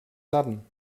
sudden